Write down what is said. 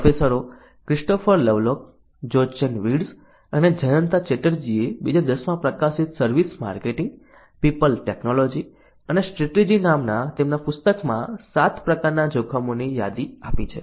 પ્રોફેસરો Christopher Lovelock Jochen Wirtz અને જયંતા ચેટર્જીએ 2010 માં પ્રકાશિત સર્વિસ માર્કેટિંગ પીપલ ટેકનોલોજી અને સ્ટ્રેટેજી નામના તેમના પુસ્તકમાં 7 પ્રકારના જોખમોની યાદી આપી છે